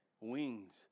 wings